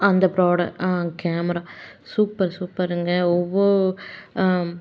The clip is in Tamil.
அந்த ப்ராட ஆ கேமரா சூப்பர் சூப்பருங்க ஒவ்வொ